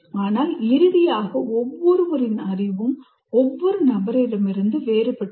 ஆனால் இறுதியாக ஒவ்வொருவரின் அறிவும் ஒவ்வொரு நபரிடமிருந்தும் வேறுபட்டது